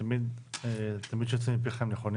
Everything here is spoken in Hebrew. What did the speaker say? שתמיד הם נכונים